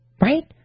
Right